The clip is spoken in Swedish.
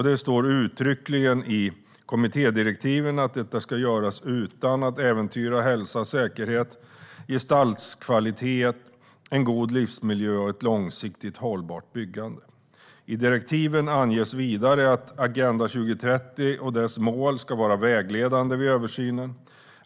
Det står uttryckligen i kommittédirektivet att detta ska göras utan att äventyra hälsa, säkerhet, gestaltningskvalitet, en god livsmiljö och ett långsiktigt hållbart byggande. I direktiven anges vidare att Agenda 2030 och dess mål ska vara vägledande vid översynen.